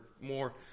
more